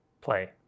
play